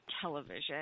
television